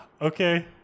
okay